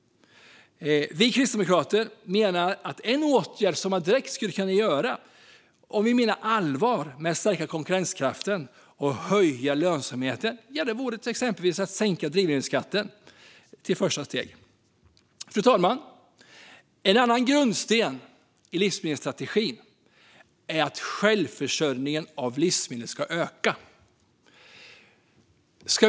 Om vi menar allvar med att stärka konkurrenskraften och höja lönsamheten menar vi kristdemokrater att en åtgärd som man direkt skulle kunna göra vore att till exempel sänka drivmedelsskatten i ett första steg. Fru talman! En annan grundsten i livsmedelsstrategin är att självförsörjningen av livsmedel ska öka.